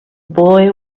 boy